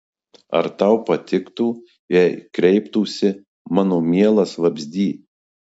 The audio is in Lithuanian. ar tau patiktų jei kreiptųsi mano mielas vabzdy